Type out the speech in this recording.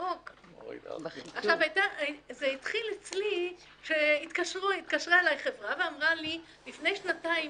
אצלי זה התחיל שהתקשרה אלי חברה ואמרה לי שלפני שנתיים